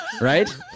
right